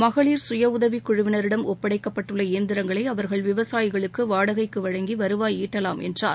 மகளிர் சுய உதவிக் குழுவினரிடம் ஒப்படைக்கப்பட்டுள்ள இயந்திரங்களை அவர்கள் விவசாயிகளுக்கு வாடகைக்கு வழங்கி வருவாய் ஈட்டலாம் என்றார்